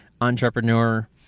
entrepreneur